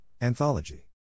Anthology